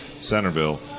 Centerville